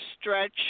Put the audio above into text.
stretch